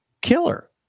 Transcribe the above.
killer